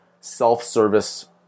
self-service